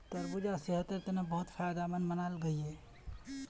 तरबूजा सेहटेर तने बहुत फायदमंद मानाल गहिये